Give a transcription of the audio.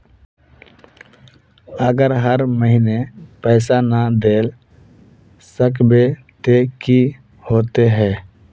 अगर हर महीने पैसा ना देल सकबे ते की होते है?